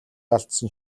алдсан